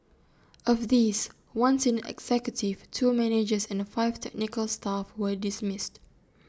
of these one senior executive two managers and five technical staff were dismissed